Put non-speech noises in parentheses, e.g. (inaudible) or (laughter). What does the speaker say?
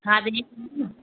हा (unintelligible)